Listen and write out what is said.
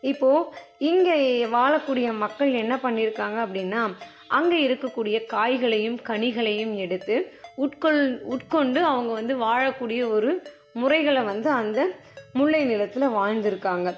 இப்போ இங்கே வாழக்கூடிய மக்கள் என்ன பண்ணிருக்காங்க அப்படின்னா அங்கே இருக்கக்கூடிய காய்களையும் கனிகளையும் எடுத்து உட்கொள் உட்கொண்டு அவங்க வந்து வாழக்கூடிய ஒரு முறைகளை வந்து அந்த முல்லை நிலத்தில் வாழ்ந்துருக்காங்க